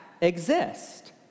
exist